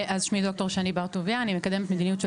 שמי ד"ר שני בר טוביה אני מקדמת מדיניות של